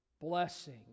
Blessing